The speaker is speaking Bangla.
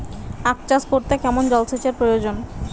আখ চাষ করতে কেমন জলসেচের প্রয়োজন?